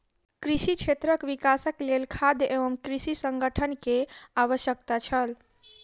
कृषि क्षेत्रक विकासक लेल खाद्य एवं कृषि संगठन के आवश्यकता छल